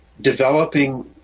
developing